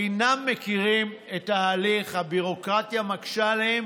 אינם מכירים את ההליך, הביורוקרטיה מקשה עליהם